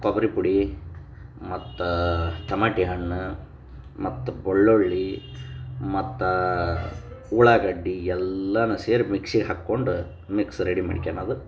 ಕೊಬ್ಬರಿ ಪುಡಿ ಮತ್ತು ತಮಾಟಿ ಹಣ್ಣು ಮತ್ತು ಬೆಳ್ಳುಳ್ಳಿ ಮತ್ತು ಉಳ್ಳಾಗಡ್ಡೆ ಎಲ್ಲನೂ ಸೇರಿ ಮಿಕ್ಸಿಗೆ ಹಾಕ್ಕೊಂಡು ಮಿಕ್ಸ್ ರೆಡಿ ಮಾಡ್ಕಣದು